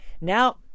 Now